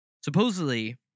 Supposedly